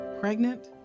Pregnant